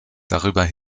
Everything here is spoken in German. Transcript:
darüber